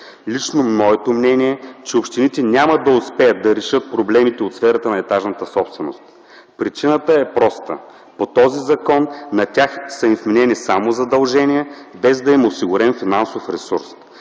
Лично моето мнение е, че общините няма да успеят да решат проблемите от сферата на етажната собственост. Причината е проста – по този закон на тях са им вменени само задължения, без да им е осигурен финансов ресурс.